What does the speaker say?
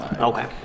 Okay